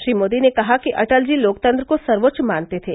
श्री मोदी ने कहा कि अटल जी लोकतंत्र को सर्वोच्च मानते थे